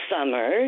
summer